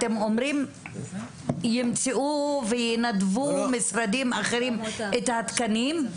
אתם אומרים שימצאו וינדבו משרדים אחרים את התקנים?